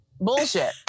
Bullshit